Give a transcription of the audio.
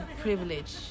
privilege